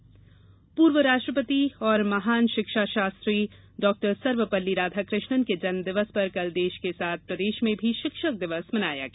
शिक्षक दिवस पूर्व राष्ट्रपति एवं महान शिक्षा शास्त्री डॉक्टर सर्वपल्ली राधाकृष्णन के जन्म दिवस पर कल देश के साथ प्रदेश में भी शिक्षक दिवस मनाया गया